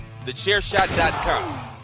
TheChairShot.com